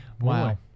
Wow